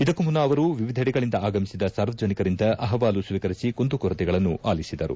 ಇದಕ್ಕೂ ಮುನ್ನ ಅವರು ವಿವಿಧೆಡೆಗಳಿಂದ ಆಗಮಿಸಿದ ಸಾರ್ವಜನಿಕರಿಂದ ಅಹವಾಲು ಸ್ತೀಕರಿಸಿ ಕುಂದು ಕೊರತೆಗಳನ್ನು ಆಲಿಸಿದರು